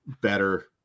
Better